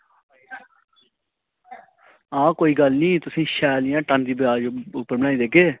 आं कोई गल्ल निं तुसेंगी टन दी वाज़ बिच शैल बनाई देगे